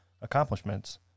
accomplishments